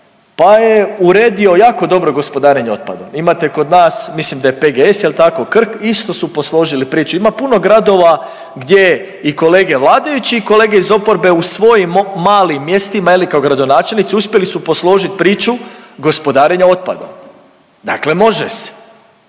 pa je uredio jako dobro gospodarenje otpadom. Imate kod nas, mislim da je PGS, je li tako, Krk, isto su posložili priču, ima puno gradova gdje i kolege vladajući i kolege iz oporbe u svojim malim mjestima, je li, kao gradonačelnici uspjeli su posložiti priču gospodarenja otpadom. Dakle može se,